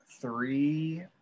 three